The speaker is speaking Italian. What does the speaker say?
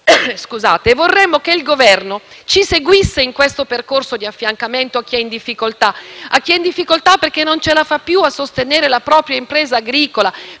Vorremmo che il Governo ci seguisse in questo percorso di affiancamento a chi è in difficoltà perché non ce la fa più a sostenere la propria impresa agricola: